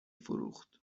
فروخت